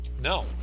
no